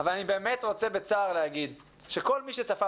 אבל אני באמת רוצה בצער לומר שכל מי שצפה